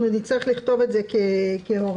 אנחנו נצטרך לכתוב את זה כהוראה.